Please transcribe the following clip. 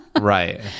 right